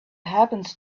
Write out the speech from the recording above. happens